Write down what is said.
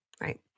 right